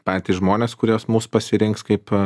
patys žmonės kuriuos mus pasirinks kaip